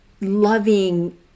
loving